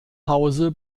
hause